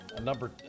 Number